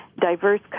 diverse